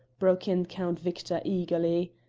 broke in count victor eagerly.